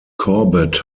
corbett